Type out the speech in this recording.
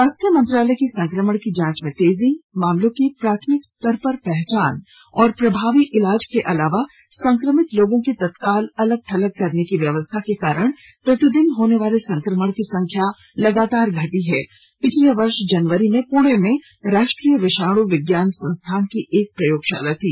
स्वास्थ्य मंत्रालय की संक्रमण की जांच में तेजी मामलों की प्राथमिक स्तर पर पहचान और प्रभावी इलाज के अलावा संक्रमित लोगों को तत्काल अलग थलग करने की व्यवस्था के कारण प्रतिदिन होने वाले संक्रमण की संख्या लगातार घटी है पिछले वर्ष जनवरी में पुणे में राष्ट्रीय विषाणु विज्ञान संस्थान की एक प्रयोगशाला थी